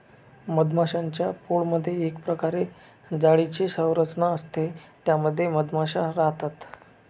मधमाश्यांच्या पोळमधे एक प्रकारे जाळीची संरचना असते त्या मध्ये मधमाशा राहतात